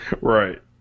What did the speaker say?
Right